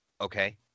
Okay